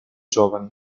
giovani